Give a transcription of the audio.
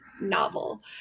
novel